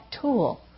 tool